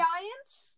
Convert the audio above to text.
Giants